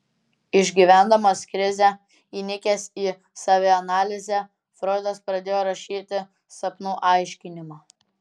išgyvendamas krizę įnikęs į savianalizę froidas pradėjo rašyti sapnų aiškinimą